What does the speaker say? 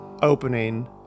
opening